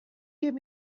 give